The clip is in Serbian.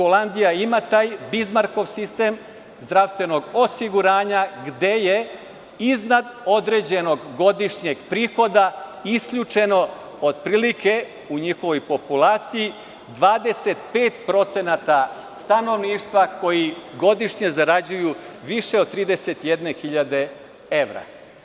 Holandija ima taj Bizmarkov sistem zdravstvenog osiguranja, gde je iznad određenog godišnjeg prihoda isključeno, od prilike, u njihovoj populaciji, 25% stanovništva koji godišnje zarađuju više od 31.000 evra.